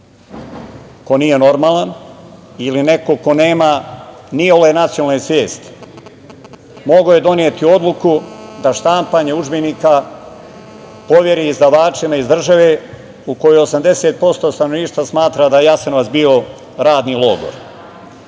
ko nije normalan ili neko ko nema iole nacionalne svesti mogao je doneti odluku da štampanje udžbenika poveri izdavačima iz države u kojoj 80% stanovništva smatra da Jasenovac bio radni